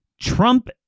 Trump